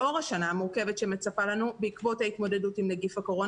לאור השנה המורכבת שמצפה לנו בעקבות ההתמודדות עם נגיף הקורונה,